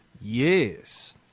Yes